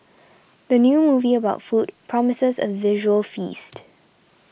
the new movie about food promises a visual feast